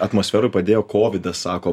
atmosferoj padėjo kovidas sako